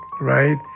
right